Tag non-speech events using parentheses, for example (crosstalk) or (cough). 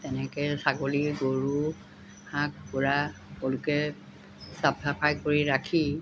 তেনেকৈ ছাগলী গৰু শাক (unintelligible) সকলোকে চাফ চাফাই কৰি ৰাখি